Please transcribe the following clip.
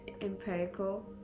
empirical